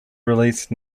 released